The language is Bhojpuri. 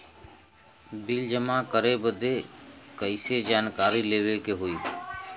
बिल जमा करे बदी कैसे जानकारी लेवे के होई?